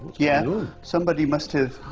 yeah somebody must have.